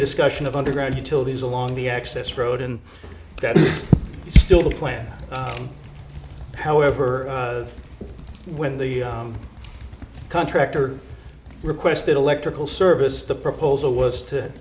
discussion of underground utilities along the access road and that's still the plan however when the contractor requested electrical service the proposal was to